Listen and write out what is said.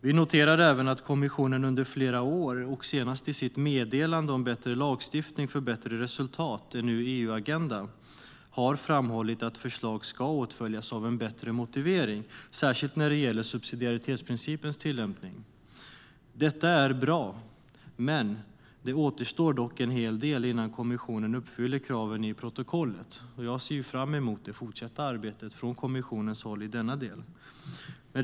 Vi noterar även att kommissionen under flera år, senast i sitt meddelande om en ny EU-agenda för bättre lagstiftning för bättre resultat, har framhållit att förslag ska åtföljas av en bättre motivering - särskilt när det gäller subsidiaritetsprincipens tillämpning. Detta är bra, men det återstår en hel del innan kommissionen uppfyller kraven i protokollet. Jag ser fram emot det fortsatta arbetet från kommissionens håll i denna del.